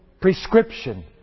prescription